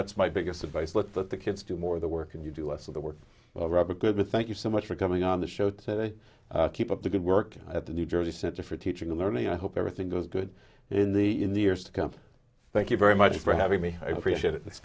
that's my biggest advice let the kids do more the work and you do less of the work well robert good to thank you so much for coming on the show today keep up the good work at the new jersey center for teaching and learning i hope everything goes good in the in the years to come thank you very much for having me i appreciate it tha